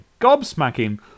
gobsmacking